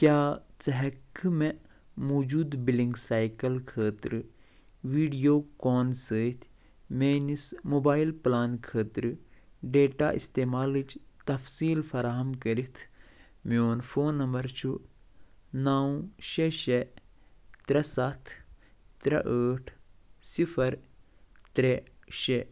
کیٛاہ ژٕ ہٮ۪ککھٕ مےٚ موجوٗد بِلِنٛگ سایکَل خٲطرٕ ویٖڈیوکان سۭتۍ میٛٲنِس موبایِل پُلان خٲطرٕ ڈیٹا استعمالٕچ تفصیٖل فراہَم کٔرِتھ مٛیون فون نمبَر چھُ نَو شےٚ شےٚ ترٛےٚ سَتھ ترٛےٚ ٲٹھ صِفَر ترٛےٚ شےٚ